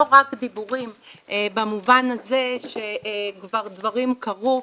רק דיבורים במובן הזה שכבר דברים קרו.